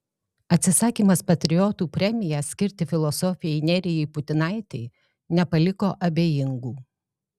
atsisakymas patriotų premiją skirti filosofei nerijai putinaitei nepaliko abejingų